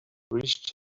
reached